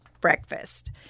breakfast